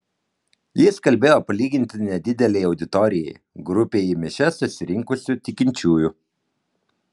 jis kalbėjo palyginti nedidelei auditorijai grupei į mišias susirinkusių tikinčiųjų